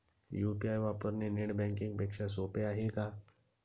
UPI वापरणे net banking पेक्षा सोपे आहे का?